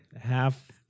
half